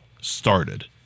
started